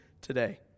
today